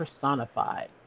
personified